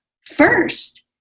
first